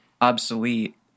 obsolete